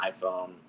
iPhone